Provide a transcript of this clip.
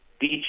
beach